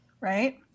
Right